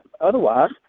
Otherwise